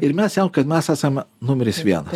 ir mes ėjom kad mes esam numeris vienas